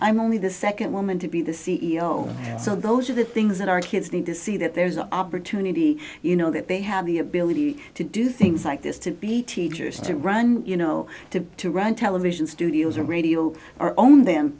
i'm only the second woman to be the c e o so those are the things that our kids need to see that there's an opportunity you know that they have the ability to do things like this to be teachers to run you know to to run television studios or radio or own the